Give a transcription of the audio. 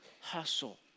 hustle